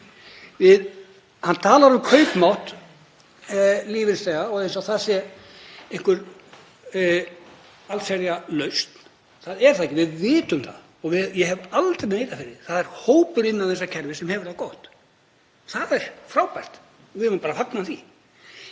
talar um kaupmátt lífeyrisþega eins og það sé einhver allsherjarlausn. Það er það ekki. Við vitum, og ég hef aldrei neitað því, að það er hópur innan þessa kerfis sem hefur það gott. Það er frábært og við eigum að fagna því.